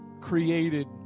created